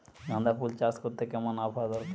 গাঁদাফুল চাষ করতে কেমন আবহাওয়া দরকার?